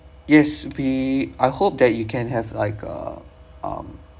yes be I hope that you can have like uh um